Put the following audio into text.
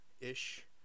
ish